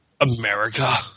America